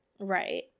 right